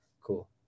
cool